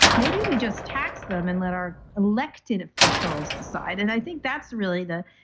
maybe we just tax them and let our elected officials decide and i think that's really the.